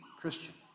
Christian